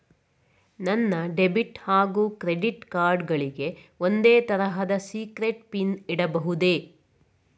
ನನ್ನ ಡೆಬಿಟ್ ಹಾಗೂ credit card ಗಳಿಗೆ ಒಂದೇ ತರಹದ ಸೀಕ್ರೇಟ್ ಪಿನ್ ಇಡಬಹುದೇ?